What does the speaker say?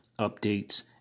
updates